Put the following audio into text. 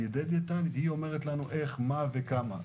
היא אומרת לנו איך מה וכמה.